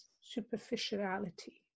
superficiality